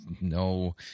No